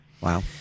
Wow